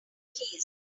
keys